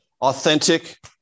authentic